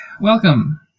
Welcome